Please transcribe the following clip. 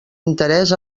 interés